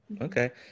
Okay